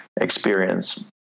experience